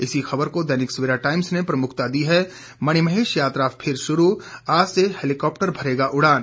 इसी खबर को दैनिक सवेरा टाइम्स ने प्रमुखता दी है मणिमहेश यात्रा फिर शुरू आज से हैलीकॉप्टर भरेगा उड़ान